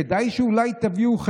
וכדאי שאולי תביאו,